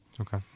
okay